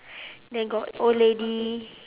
then got old lady